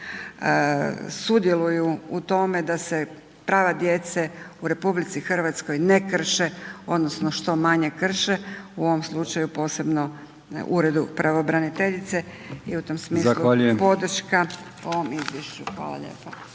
sudjeluju u tome da se prava djece u RH, ne krše, odnosno, što manje krše, u ovom slučaju posebno u uredu pravobraniteljice i u tom smislu podrška ovom izvješću. Hvala lijepo.